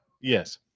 yes